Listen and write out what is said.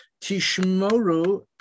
Tishmoru